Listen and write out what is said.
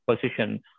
position